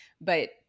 but-